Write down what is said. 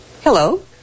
hello